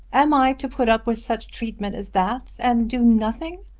am i to put up with such treatment as that and do nothing?